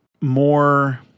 more